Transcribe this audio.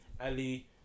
Ali